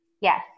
Yes